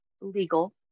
legal